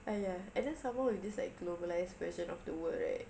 !aiya! and then some more with this globalized version of the world right